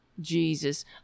Jesus